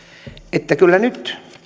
kyllä nyt